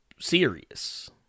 serious